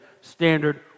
standard